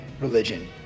religion